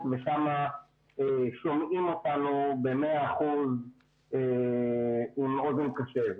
ושם שומעים אותנו במאה אחוז עם אוזן קשבת.